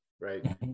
right